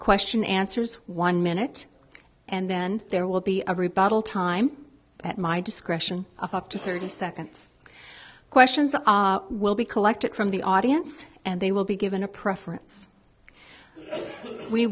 question answers one minute and then there will be a rebuttal time at my discretion of up to thirty seconds questions will be collected from the audience and they will be given a preference we